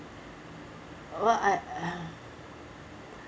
I